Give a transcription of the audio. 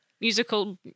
Musical